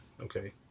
okay